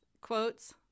quotes